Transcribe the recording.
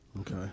Okay